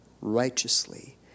righteously